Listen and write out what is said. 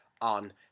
on